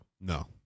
No